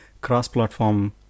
cross-platform